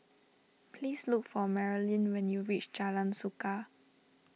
please look for Marilynn when you reach Jalan Suka